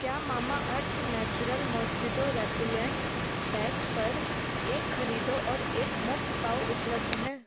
क्या Mamaearth natural mosquito repellent patch पर एक ख़रीदो और एक मुफ़्त पाओ उपलब्ध है